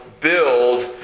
build